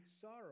sorrow